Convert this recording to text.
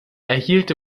erhielt